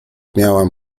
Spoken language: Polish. miałam